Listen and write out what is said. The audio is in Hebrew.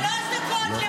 שלוש דקות.